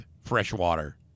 freshwater